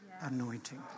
anointing